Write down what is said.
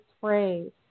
phrase